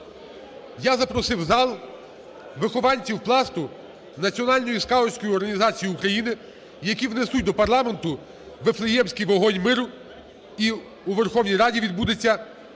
я запросив у зал вихованців "Пласту", Національної скаутської організації України, які внесуть до парламенту Вифлеємський вогонь миру, і у Верховній Раді відбудеться